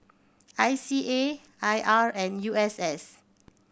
I C A I R and U S S